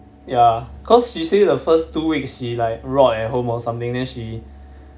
ya cause she say the first two weeks she like rot at home or something then she